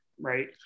Right